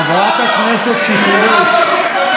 חברת הכנסת שטרית.